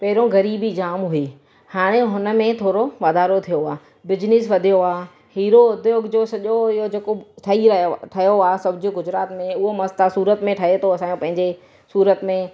पहिरों ग़रीबी जाम हुई हाणे हुनमें थोरो वधारो थियो आहे बिज़नेस वधियो आहे हीरो उद्योग जो सॼो हुयो जेको ठही वियो ठहियो आहे सभु गुजरात में उहो मस्तु आहे सूरत में ठहे थो असांजे पंहिंजे सूरत में